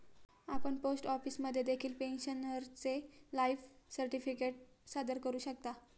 आपण पोस्ट ऑफिसमध्ये देखील पेन्शनरचे लाईफ सर्टिफिकेट सादर करू शकता